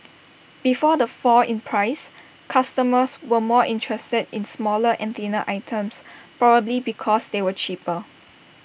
before the fall in prices customers were more interested in smaller and thinner items probably because they were cheaper